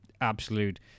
absolute